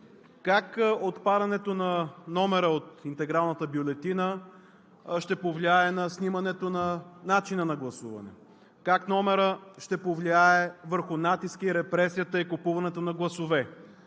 Как отпадането на номера от интегралната бюлетина ще повлияе на снимането на начина на гласуване? Как номерът ще повлияе върху натиска, репресията и купуването на гласове?